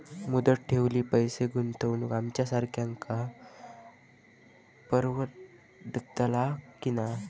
मुदत ठेवीत पैसे गुंतवक आमच्यासारख्यांका परवडतला की नाय?